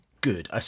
good